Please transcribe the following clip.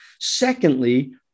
Secondly